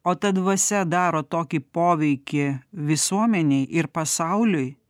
o ta dvasia daro tokį poveikį visuomenei ir pasauliui